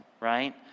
right